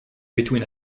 between